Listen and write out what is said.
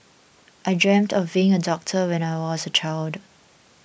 I dreamt of being a doctor when I was a child